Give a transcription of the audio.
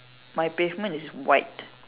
my pavement is white